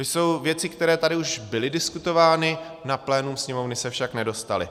To jsou věci, které tady už byly diskutovány, na plénum Sněmovny se však nedostaly.